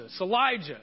Elijah